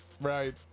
right